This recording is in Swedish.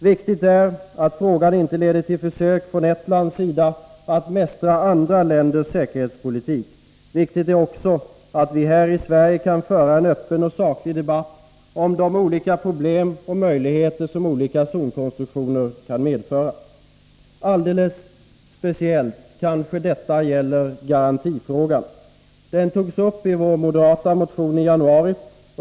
Viktigt är att frågan inte leder till försök från ett lands sida att mästra andra länders säkerhetspolitik. Viktigt är också att vi här i Sverige kan föra en öppen och saklig debatt om de olika problem och möjligheter som olika zonkonstruktioner kan medföra. Alldeles speciellt gäller kanske detta garantifrågan. Den togs upp i vår moderata motion i januari.